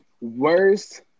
worst